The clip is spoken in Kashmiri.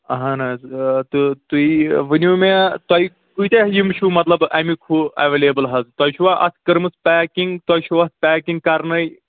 اہَن حظ تہٕ تُہۍ ؤنِو مےٚ تۄہہِ کۭتیٛاہ یِم چھُ مطلب اَمیُک ہُہ ایویلیبٕل حظ تۄہہِ چھُوا اَتھ کٔرمٕژ پیکِنٛگ تۄہہِ چھُوا اَتھ پیکِنٛگ کَرنَے